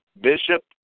Bishop